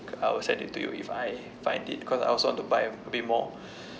I will send it to you if I find it because I also want to buy a bit more